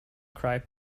cry